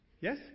Yes